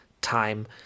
time